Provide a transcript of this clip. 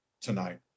tonight